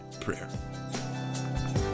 prayer